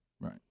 right